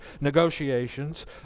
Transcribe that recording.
negotiations